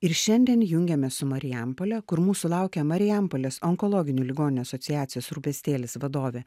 ir šiandien jungiamės su marijampole kur mūsų laukia marijampolės onkologinių ligonių asociacijos rūpestėlis vadovė